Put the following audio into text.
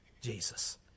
Jesus